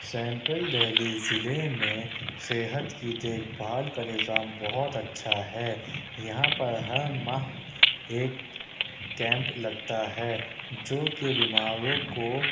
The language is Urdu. سینٹرل دہلی ضلعے میں صحت کی دیکھ بھال کا نظام بہت اچھا ہے یہاں پر ہر ماہ ایک کیمپ لگتا ہے جو کہ بیماروں کو